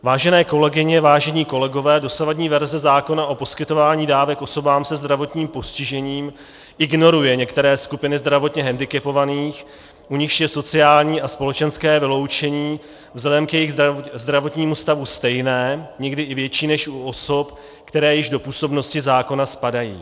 Vážené kolegyně, vážení kolegové, dosavadní verze zákona o poskytování dávek osobám se zdravotním postižením ignoruje některé skupiny zdravotně hendikepovaných, u nichž je sociální a společenské vyloučení vzhledem k jejich zdravotnímu stavu stejné, někdy i větší než u osob, které již do působnosti zákona spadají.